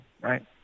right